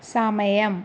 സമയം